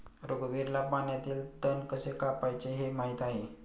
रघुवीरला पाण्यातील तण कसे कापायचे हे माहित आहे